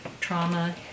trauma